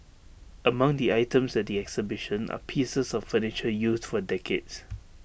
among the items at the exhibition are pieces of furniture used for decades